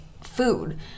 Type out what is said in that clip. food